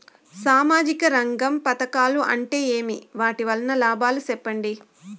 సామాజిక రంగం పథకాలు అంటే ఏమి? వాటి వలన లాభాలు సెప్పండి?